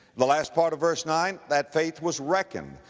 the last part of verse nine, that faith was reckoned.